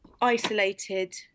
isolated